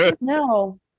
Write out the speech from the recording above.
No